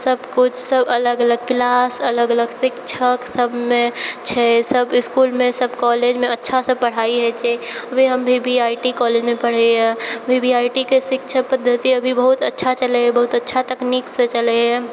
सब किछु सब अलग अलग क्लास अलग अलग शिक्षक सबमे छै सब इसकुलमे सब कॉलेजमे अच्छासँ पढ़ाई होइ छै अभी हम भी वी वी आइ टी कॉलेजमे पढ़ै हँ अभी वी वी आइ टी के शिक्षा पद्धति अभी बहुत अच्छा चलै हँ बहुत अच्छा तकनीकसँ चलैए